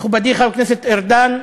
מכובדי חבר הכנסת ארדן,